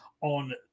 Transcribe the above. on